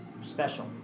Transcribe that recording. special